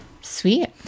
Sweet